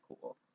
cool